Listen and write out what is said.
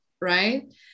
right